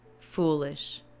foolish